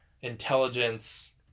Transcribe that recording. intelligence